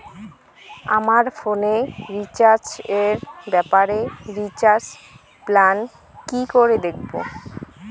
আমার ফোনে রিচার্জ এর ব্যাপারে রিচার্জ প্ল্যান কি করে দেখবো?